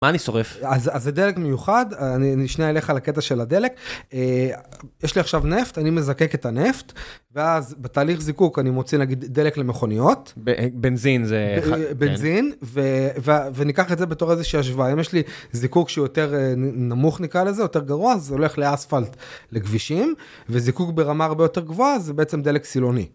מה אני שורף? אז זה דלק מיוחד אני שניה אלך על הקטע של הדלק יש לי עכשיו נפט אני מזקק את הנפט, ואז בתהליך זיקוק אני מוציא נגיד דלק למכוניות. בנזין, זה בנזין. וניקח את זה בתור איזושהי השוואה אם יש לי, זיקוק שהיא יותר נמוך נקרא לזה יותר גרוע זה הולך לאספלט לכבישים, וזיקוק ברמה הרבה יותר גבוהה זה בעצם דלק סילוני.